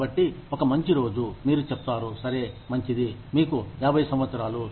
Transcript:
కాబట్టి ఒక మంచి రోజు మీరు చెప్తారు సరే మంచిది మీకు 50 సంవత్సరాలు